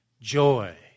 Joy